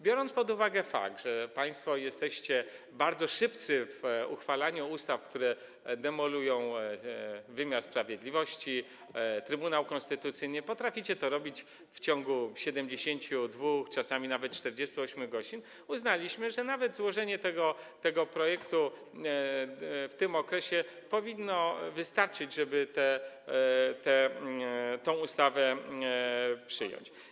Biorąc pod uwagę fakt, że państwo jesteście bardzo szybcy w uchwalaniu ustaw, które demolują wymiar sprawiedliwości, Trybunał Konstytucyjny, i potraficie to robić w ciągu 72 godzin, a czasami nawet 48 godzin, uznaliśmy, że nawet złożenie tego projektu w tym okresie powinno wystarczyć, żeby tę ustawę przyjąć.